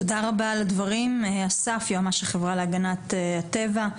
תודה רבה על הדברים, אסף יועמ"ש החברה להגנת הטבע.